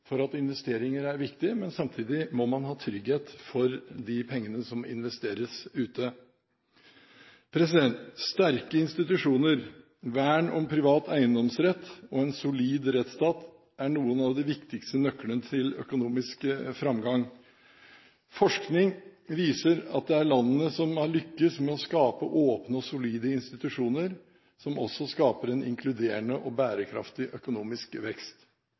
at investeringer er viktig, men samtidig må man ha trygghet for de pengene som investeres utenlands. Sterke institusjoner, vern om privat eiendomsrett og en solid rettsstat er noen av de viktigste nøklene til økonomisk framgang. Forskning viser at det er landene som har lyktes med å skape åpne og solide institusjoner som også skaper en inkluderende og bærekraftig økonomisk vekst.